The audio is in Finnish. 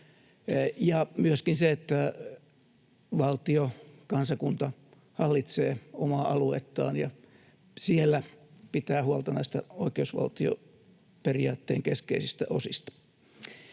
myöskin se, että valtio ja kansakunta hallitsee omaa aluettaan ja siellä pitää huolta näistä oikeusvaltioperiaatteen keskeisistä osista.